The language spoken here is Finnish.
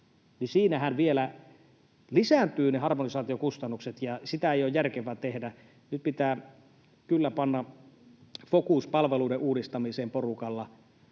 siinähän vielä lisääntyvät ne harmonisaatiokustannukset, ja sitä ei ole järkevä tehdä. Nyt pitää kyllä panna fokus palveluiden uudistamiseen porukalla.